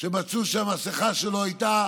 שמצאו שהמסכה שלו הייתה